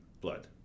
blood